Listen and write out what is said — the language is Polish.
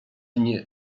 nie